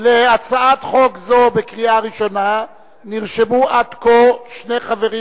לדיון בהצעת חוק זו בקריאה ראשונה נרשמו עד כה שני חברים,